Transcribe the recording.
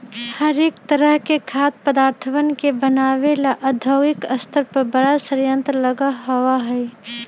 हरेक तरह के खाद्य पदार्थवन के बनाबे ला औद्योगिक स्तर पर बड़ा संयंत्र लगल होबा हई